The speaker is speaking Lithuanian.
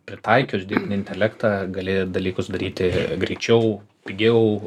pritaikius dirbtinį intelektą gali dalykus daryti greičiau pigiau